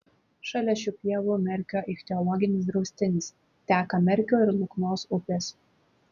šalia šių pievų merkio ichtiologinis draustinis teka merkio ir luknos upės